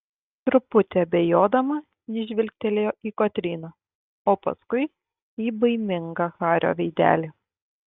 truputį abejodama ji žvilgtelėjo į kotryną o paskui į baimingą hario veidelį